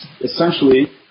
Essentially